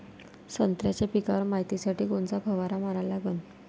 संत्र्याच्या पिकावर मायतीसाठी कोनचा फवारा मारा लागन?